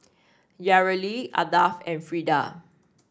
Yareli Ardath and Freeda